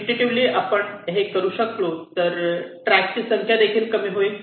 intuitively आपण हे करू शकलो तर हे ट्रॅकची संख्या देखील कमी होईल